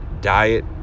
Diet